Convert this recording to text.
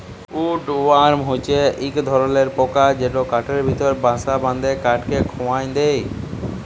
would worm হছে ইক ধরলর পকা যেট কাঠের ভিতরে বাসা বাঁধে কাঠকে খয়ায় দেই